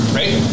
right